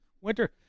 winter